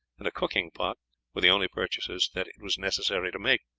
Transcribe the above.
and a cooking pot were the only purchases that it was necessary to make.